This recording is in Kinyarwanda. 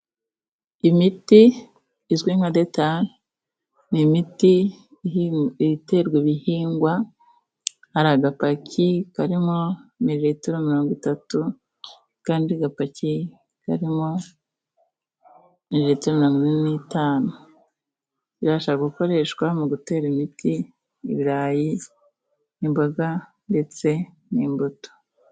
Imiti izwi nka detane ni imiti iterwa ibihingwa ari agapaki karimo mililtiro mirongo itatu, akandi gapaki karimomililitiro mingo ine n'eshanu, ibashwasha mu gukoreshwa mu gutera imiti ibirayi, imboga, ndetse n'imbuto.